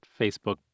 Facebook